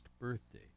birthday